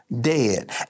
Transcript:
Dead